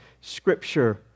Scripture